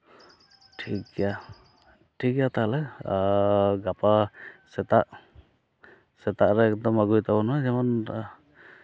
ᱴᱷᱤᱠ ᱜᱮᱭᱟ ᱴᱷᱤᱠ ᱜᱮᱭᱟ ᱛᱟᱦᱞᱮ ᱜᱟᱯᱟ ᱥᱮᱛᱟᱜ ᱥᱮᱛᱟᱜ ᱨᱮ ᱮᱠᱫᱚᱢ ᱟᱹᱜᱩᱭ ᱛᱟᱵᱚᱱ ᱢᱮ ᱮᱠᱫᱚᱢ